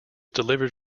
delivered